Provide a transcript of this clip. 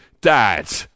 dad